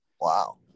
Wow